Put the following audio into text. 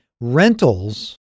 rentals-